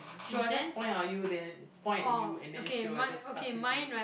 she will just point on you then point at you and then she will just ask you do